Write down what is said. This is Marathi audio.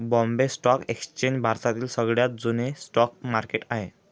बॉम्बे स्टॉक एक्सचेंज भारतातील सगळ्यात जुन स्टॉक मार्केट आहे